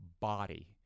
body